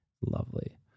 Lovely